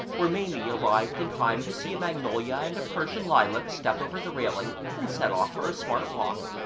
where maimie arrived in time to see a magnolia and a persian lilac step over the railing and set off for a smart walk.